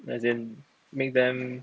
as in make them